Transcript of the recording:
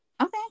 Okay